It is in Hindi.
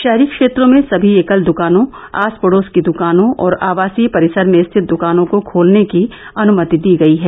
शहरी क्षेत्रों में सभी एकल दुकानों आस पड़ोस की दुकानों और आवासीय परिसर में स्थित दुकानों को खोलने की अनुमति दी गई है